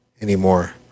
anymore